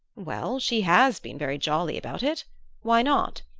well, she has been very jolly about it why not?